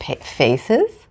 Faces